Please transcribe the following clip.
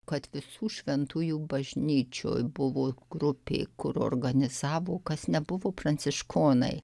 kad visų šventųjų bažnyčioj buvo grupė kur organizavo kas nebuvo pranciškonai